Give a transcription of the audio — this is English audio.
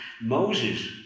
Moses